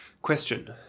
Question